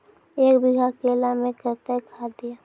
एक बीघा केला मैं कत्तेक खाद दिये?